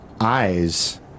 eyes